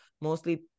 mostly